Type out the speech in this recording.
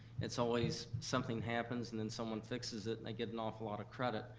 it's always something happens and then someone fixes it and they get an awful lot of credit.